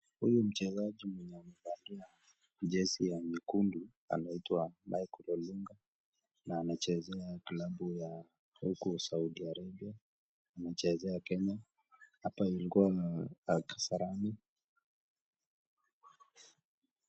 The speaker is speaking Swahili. Huyu mchezaji mwenye amevalia jezi ya nyekundu anaitwa Michael Olunga na anachezea klabu ya huko Saudi Arabia, anachezea kenya, hapa ilikuwa kasarani.